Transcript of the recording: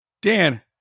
dan